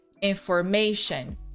information